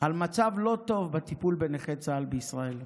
על מצב לא טוב בטיפול בנכי צה"ל בישראל.